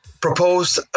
proposed